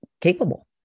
capable